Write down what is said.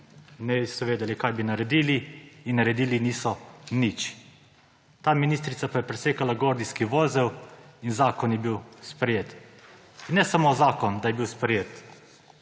niso vedeli, kaj bi naredili, in naredili niso nič. Ta ministrica pa je presekala gordijski vozel in zakon je bil sprejet. Ne samo da je bil sprejet